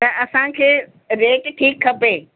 त असांखे रेट ठीकु खपे